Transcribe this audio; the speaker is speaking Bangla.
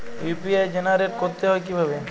ইউ.পি.আই জেনারেট করতে হয় কিভাবে?